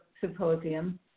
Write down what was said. symposium